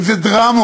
אם זה דרמות.